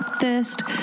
thirst